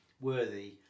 worthy